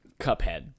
Cuphead